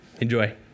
Enjoy